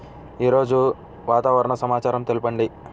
ఈరోజు వాతావరణ సమాచారం తెలుపండి